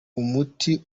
umuti